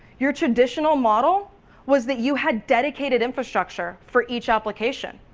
your traditional model was that you had dedicated infrastructure for each application,